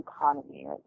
economy